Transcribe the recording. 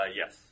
yes